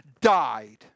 died